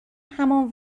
همان